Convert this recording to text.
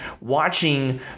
watching